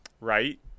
right